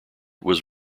was